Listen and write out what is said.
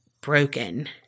broken